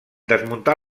desmuntar